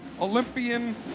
Olympian